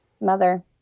mother